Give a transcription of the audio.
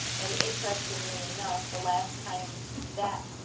and interestingly enough, the last time that